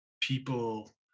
people